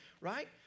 right